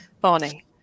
Barney